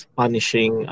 punishing